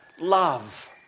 love